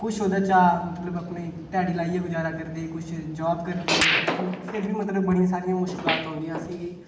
कुछ ओह्दे चा मतलब अपने ध्याड़ी लाइयै गुजारा करदे कुछ जाब करदे लेकिन फिर बी मतलब बड़ियां सारियां मुश्कलात औंदियां असेंगी